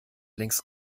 längst